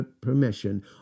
permission